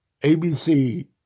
ABC